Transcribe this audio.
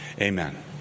Amen